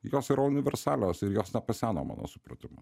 jos yra universalios ir jos nepaseno mano supratimu